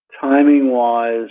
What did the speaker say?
timing-wise